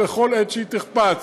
בכל עת שתחפץ.